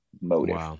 motive